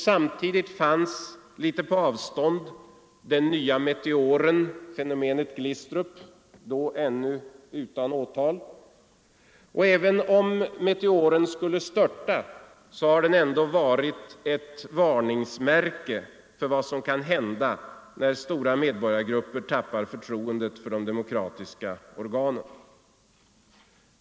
Samtidigt fanns litet på avstånd den nya meteoren, fenomenet Glistrup — då ännu utan åtal. Även om meteoren skulle störta, har den varit ett varningsmärke för vad som kan hända när stora medborgargrupper tappar förtroendet för de demokratiska organen.